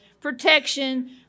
protection